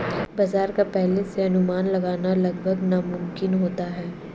बाजार का पहले से अनुमान लगाना लगभग नामुमकिन होता है